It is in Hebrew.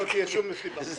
לא תהיה שום מסיבה.